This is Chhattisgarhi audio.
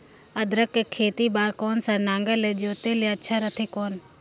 अदरक के खेती बार कोन सा नागर ले जोते ले अच्छा रथे कौन?